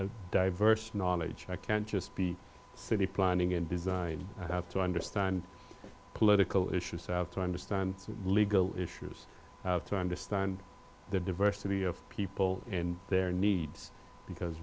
a diverse knowledge i can't just be a city planning and design i have to understand political issues have to understand legal issues have to understand the diversity of people in their needs because